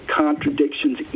contradictions